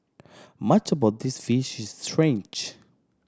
much about this fish is strange